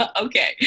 Okay